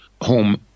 home